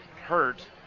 hurt